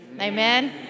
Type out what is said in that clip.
Amen